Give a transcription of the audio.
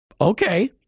okay